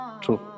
true